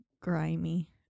grimy